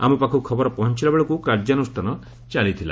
ଆମ ପାଖକୁ ଖବର ପହଞ୍ଚଲା ବେଳକୁ କାର୍ଯ୍ୟାନୁଷ୍ଠାନ ଚାଲିଥିଲା